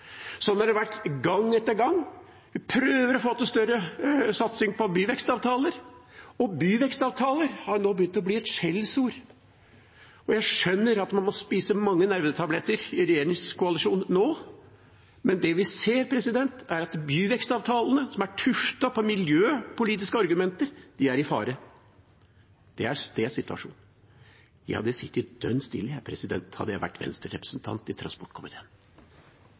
Sånn har det vært gang etter gang. Vi prøver å få til større satsing på byvekstavtaler, og byvekstavtaler har nå begynt å bli et skjellsord. Jeg skjønner at man må spise mange nervetabletter i regjeringskoalisjonen nå, men det vi ser, er at byvekstavtalene som er tuftet på miljøpolitiske argumenter, er i fare. Det er situasjonen. Jeg hadde sittet dønn stille hadde jeg vært Venstre-representant i transportkomiteen.